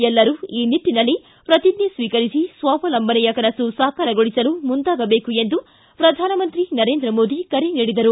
ಎಲ್ಲರೂ ಈ ನಿಟ್ಟನಲ್ಲಿ ಪ್ರತಿಜ್ಜೆ ಚ್ವೀಕರಿಸಿ ಸ್ವಾವಲಂಬನೆಯ ಕನಸು ಸಾಕಾರಗೊಳಿಸಲು ಮುಂದಾಗಬೇಕು ಎಂದು ಪ್ರಧಾನಮಂತ್ರಿ ನರೇಂದ್ರ ಮೋದಿ ಕರೆ ನೀಡಿದರು